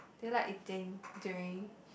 they like eating during